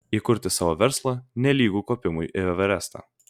įkurti savo verslą nelygu kopimui į everestą